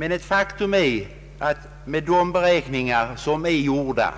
Ett faktum är att enligt de beräkningar som gjorts ger